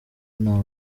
nta